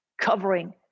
covering